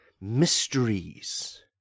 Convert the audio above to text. mysteries